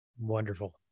Wonderful